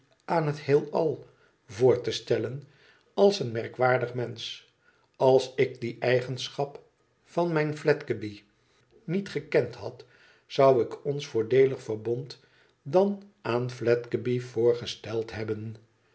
aan het heelal voor te stellen als een merkwaardig mensch als ik die eigenschap van mijn fledgeby niet gekend had zou ik ons voordeelig verbond dan aan fledgeby voorgesteld hebben